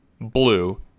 blue